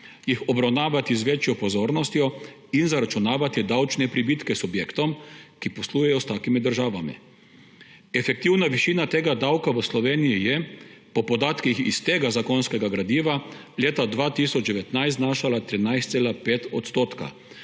jih obravnavati z večjo pozornostjo in zaračunavati davčne pribitke subjektom, ki poslujejo s takimi državami. Efektivna višina tega davka v Sloveniji je po podatkih iz tega zakonskega gradiva leta 2019 znašala 13,5 %. Torej